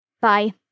Bye